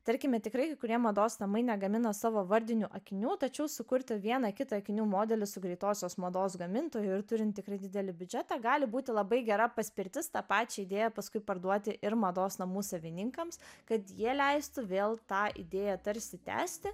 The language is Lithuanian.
tarkime tikrai kai kurie mados namai negamina savo vardinių akinių tačiau sukurti vieną kitą akinių modelį su greitosios mados gamintoju ir turint tikrai didelį biudžetą gali būti labai gera paspirtis tą pačią idėją paskui parduoti ir mados namų savininkams kad jie leistų vėl tą idėją tarsi tęsti